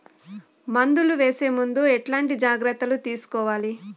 మందులు వేసే ముందు ఎట్లాంటి జాగ్రత్తలు తీసుకోవాలి?